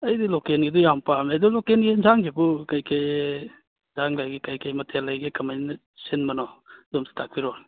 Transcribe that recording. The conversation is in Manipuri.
ꯑꯩꯗꯤ ꯂꯣꯀꯦꯜꯒꯤꯗꯣ ꯌꯥꯝ ꯄꯥꯝꯃꯦ ꯑꯗꯨ ꯂꯣꯀꯦꯜꯒꯤ ꯌꯦꯟꯁꯥꯡꯁꯤꯕꯨ ꯀꯩꯀꯩ ꯌꯦꯟꯁꯥꯡ ꯂꯩꯒꯦ ꯀꯩꯀꯩ ꯃꯊꯦꯜ ꯂꯩꯒꯦ ꯀꯃꯥꯏꯅ ꯁꯤꯟꯕꯅꯣ ꯑꯗꯨ ꯑꯝꯇ ꯇꯥꯛꯄꯤꯔꯛꯑꯣ